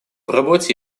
работе